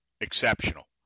exceptional